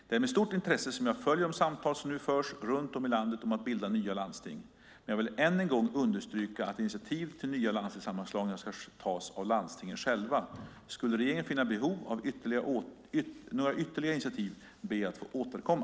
Det är med stort intresse som jag följer de samtal som nu förs runtom i landet om att bilda nya landsting. Men jag vill än en gång understryka att initiativ till nya landstingssammanslagningar ska tas av landstingen själva. Skulle regeringen finna behov av några ytterligare initiativ ber jag att få återkomma.